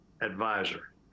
advisor